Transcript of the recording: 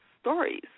stories